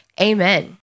Amen